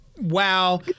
Wow